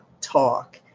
talk